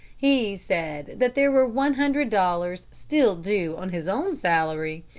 he said that there were one hundred dollars still due on his own salary,